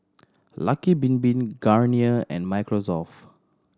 Lucky Bin Bin Garnier and Microsoft